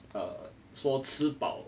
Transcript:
um 说吃饱